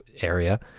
area